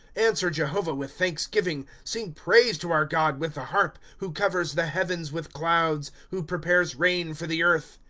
answer jehovah with thanksgiving. sing praise to our god with the harp who covers the heavens with clouds. who prepares rain for the earth